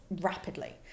rapidly